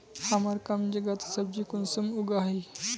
हमार कम जगहत सब्जी कुंसम उगाही?